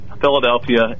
Philadelphia